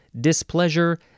displeasure